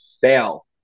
fail